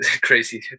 crazy